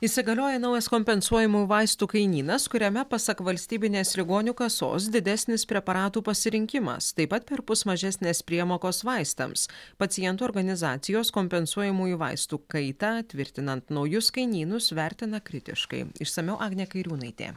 įsigalioja naujas kompensuojamųjų vaistų kainynas kuriame pasak valstybinės ligonių kasos didesnis preparatų pasirinkimas taip pat perpus mažesnės priemokos vaistams pacientų organizacijos kompensuojamųjų vaistų kaitą tvirtinant naujus kainynus vertina kritiškai išsamiau agnė kairiūnaitė